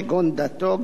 כגון דתו,